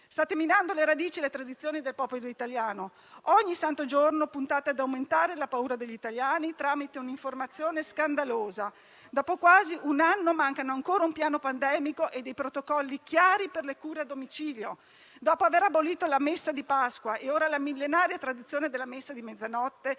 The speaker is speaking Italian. State minando le radici e le tradizioni del popolo italiano. Ogni santo giorno puntate ad aumentare la paura degli italiani tramite un'informazione scandalosa. Dopo quasi un anno mancano ancora un piano pandemico e dei protocolli chiari per le cure a domicilio. Dopo aver abolito la messa di Pasqua e ora la millenaria tradizione della messa di mezzanotte,